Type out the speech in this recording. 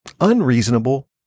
unreasonable